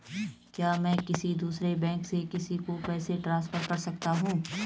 क्या मैं किसी दूसरे बैंक से किसी को पैसे ट्रांसफर कर सकता हूँ?